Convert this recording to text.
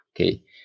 Okay